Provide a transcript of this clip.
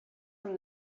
from